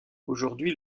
aujourd’hui